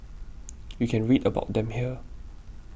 you can read about them here